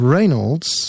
Reynolds